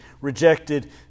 rejected